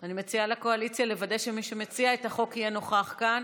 אני מציעה לקואליציה לוודא שמי שמציע את החוק יהיה נוכח כאן,